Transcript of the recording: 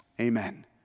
Amen